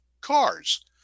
cars